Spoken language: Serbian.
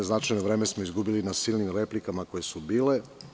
Značajno vreme smo izgubili na silnim replikama koje su bile.